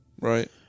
Right